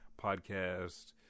podcast